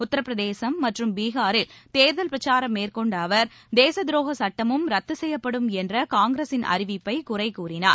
உத்தரப்பிரதேசம் மற்றும் பீஹாரில் தேர்தல் பிரச்சாரம் மேற்கொண்ட அவர் தேசத்துரோக சுட்டமும் ரத்து செய்யப்படும் என்ற காங்கிரஸின் அறிவிப்பை குறை கூறினார்